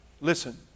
Listen